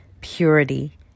purity